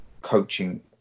coaching